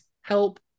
help